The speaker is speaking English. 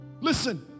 Listen